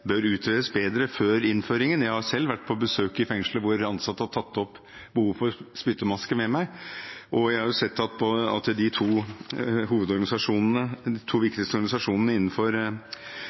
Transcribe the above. bør utredes bedre før innføringen. Jeg har selv vært på besøk i fengsler hvor ansatte har tatt opp behov for spyttmaske med meg. Og jeg har sett at de to viktigste organisasjonene som organiserer de